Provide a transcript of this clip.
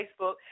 Facebook